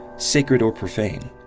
sacred or profane.